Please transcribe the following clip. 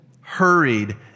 hurried